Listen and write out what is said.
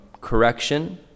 correction